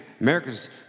America's